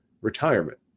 retirement